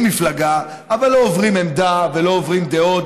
מפלגה אבל לא עוברים עמדה ולא עוברים דעות,